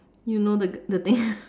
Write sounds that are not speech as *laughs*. you know the the thing *laughs*